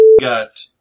got